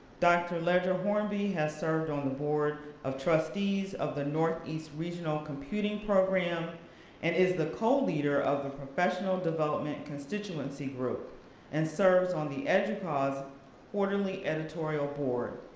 dr. leger-hornby has served on the board of trustees of the northeast regional computing program and is the co-leader of the professional development constituency group and serves on the educause orderly editorial board.